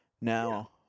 Now